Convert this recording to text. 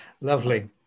lovely